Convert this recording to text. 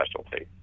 specialty